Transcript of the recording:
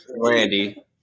Randy